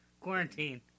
quarantine